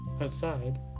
Outside